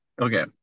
Okay